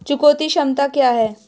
चुकौती क्षमता क्या है?